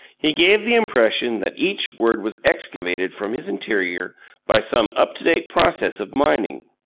he gave the impression that each word was excavated from his interior by some up-to-date process of mining.